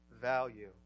value